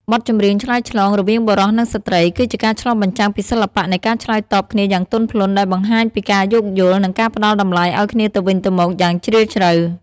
បទចម្រៀងឆ្លើយឆ្លង រវាងបុរសនិងស្រ្តី គឺជាការឆ្លុះបញ្ចាំងពីសិល្បៈនៃការឆ្លើយតបគ្នាយ៉ាងទន់ភ្លន់ ដែលបង្ហាញពីការយោគយល់ និងការផ្តល់តម្លៃឱ្យគ្នាទៅវិញទៅមកយ៉ាងជ្រាលជ្រៅ។